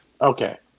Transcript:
Okay